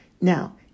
Now